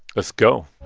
let's go